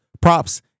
props